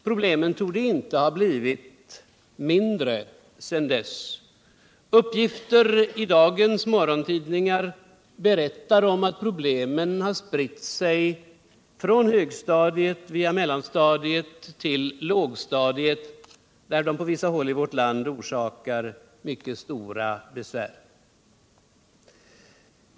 Problemen torde inte ha blivit mindre sedan dess. I dagens morgontudningar finns uppgifter om att problemen har spritt sig från högstadiet via mellanstadiet till lågstadiet, där de på vissa håll i vårt land är mycket svåra.